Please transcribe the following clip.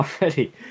already